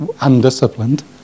undisciplined